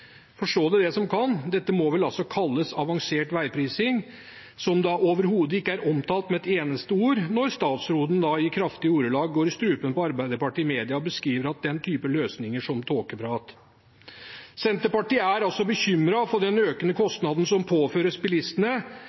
Forstå det den som kan – dette må vel kalles avansert veiprising, som overhodet ikke er omtalt med et eneste ord når statsråden i kraftige ordelag går i strupen på Arbeiderpartiet i media og beskriver den type løsninger som tåkeprat. Senterpartiet er altså bekymret for den økende kostnaden som påføres bilistene.